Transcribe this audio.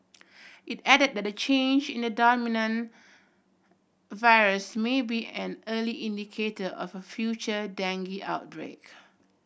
it added that the change in the dominant virus may be an early indicator of a future dengue outbreak